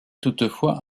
toutefois